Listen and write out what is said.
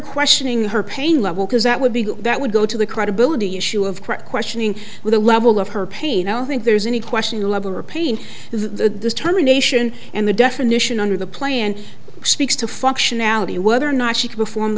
questioning her pain level because that would be that would go to the credibility issue of correct questioning with a level of her pain i don't think there's any question the level of pain the term nation and the definition under the plan speaks to functionality and whether or not she can perform